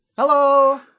hello